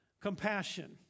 compassion